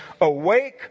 Awake